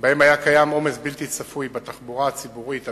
שבהם היה קיים עומס בלתי צפוי בתחבורה הציבורית הבין-עירונית,